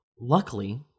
Luckily